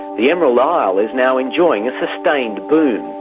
the emerald isle is now enjoying a sustained boom,